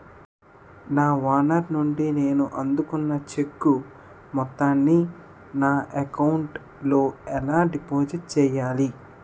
నా ఓనర్ నుండి నేను అందుకున్న చెక్కు మొత్తాన్ని నా అకౌంట్ లోఎలా డిపాజిట్ చేయాలి?